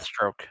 Deathstroke